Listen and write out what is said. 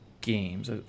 games